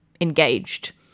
engaged